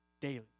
daily